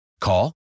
Call